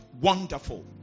wonderful